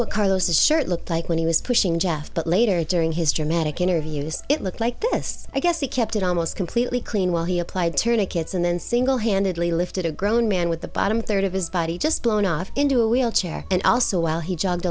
what carlos the shirt looked like when he was pushing jeff but later during his dramatic interviews it looked like this i guess he kept it almost completely clean while he applied turn to kids and then singlehandedly lifted a grown man with the bottom third of his body just blown up into a wheelchair and also while he j